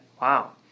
wow